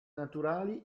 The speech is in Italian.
naturali